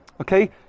Okay